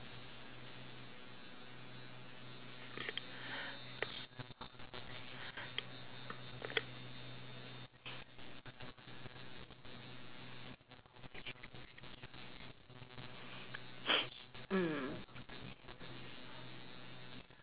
mm